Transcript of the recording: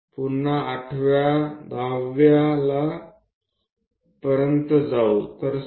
ફરીથી તે 8th માંથી જાય છે 10th માંથી જાય છે